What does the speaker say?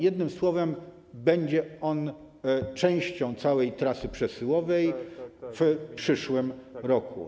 Jednym słowem: będzie on częścią całej trasy przesyłowej w przyszłym roku.